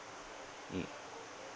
mm